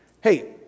Hey